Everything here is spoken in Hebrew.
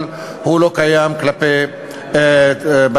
אבל הוא לא קיים כלפי בתי-הספר.